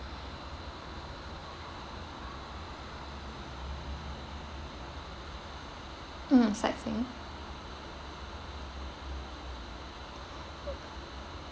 mmhmm sightseeing